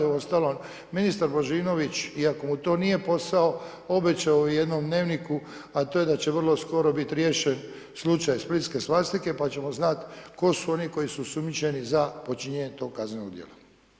Uostalom ministar Božinović iako mu to nije posao obećao je u jednom Dnevniku, a to je da će vrlo skoro bit riješen slučaj splitske svastike pa ćemo znati tko su oni koji su osumnjičeni za počinjenje tog kaznenog djela.